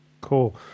Cool